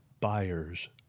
buyer's